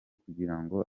kugirango